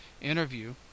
interview